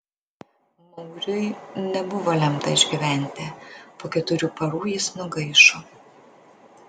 mauriui nebuvo lemta išgyventi po keturių parų jis nugaišo